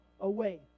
away